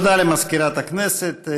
תודה למזכירת הכנסת.